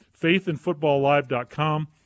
faithinfootballlive.com